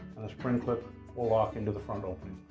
the spring clip will walk into the front opening.